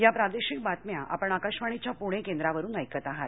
या प्रादेशिक बातम्या आपण आकाशवाणीच्या पुणे केंद्रावरुन ऐकत आहात